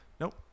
Nope